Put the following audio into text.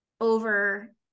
over